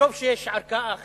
וטוב שיש ערכאה אחרת,